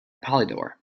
polydor